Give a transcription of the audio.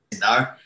No